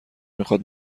میخواد